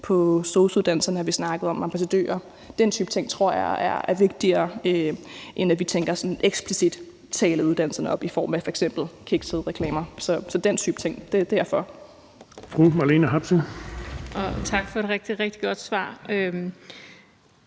for sosu-uddannelsen har vi snakket om ambassadører. Den type ting tror jeg er vigtigere, end at vi tænker i eksplicit at tale uddannelserne op i form af f.eks. kiksede reklamer. Så den type ting er jeg for. Kl. 18:51 Den fg. formand (Erling Bonnesen):